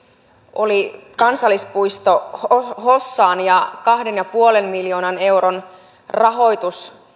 oli kansallispuisto hossaan ja kahden pilkku viiden miljoonan euron rahoitus